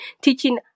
teaching